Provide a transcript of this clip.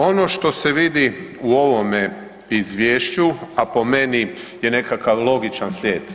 Ono što se vidi u ovome Izvješću, a po meni je nekakav logičan slijed.